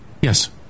Yes